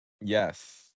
yes